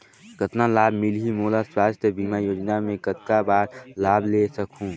कतना लाभ मिलही मोला? स्वास्थ बीमा योजना मे कतना बार लाभ ले सकहूँ?